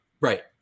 right